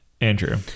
Andrew